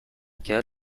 cas